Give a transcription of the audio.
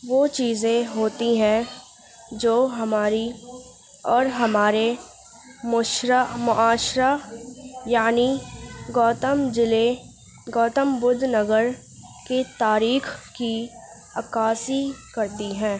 وہ چیزیں ہوتی ہیں جو ہماری اور ہمارے معاشرہ یعنی گوتم ضلعے گوتم بدھ نگر کی تاریخ کی عکاسی کرتی ہیں